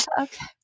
Okay